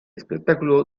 espectáculo